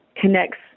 connects